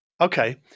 Okay